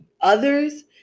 others